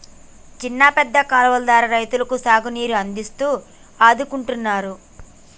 చిన్న పెద్ద కాలువలు ద్వారా రైతులకు సాగు నీరు అందిస్తూ అడ్డుకుంటున్నారు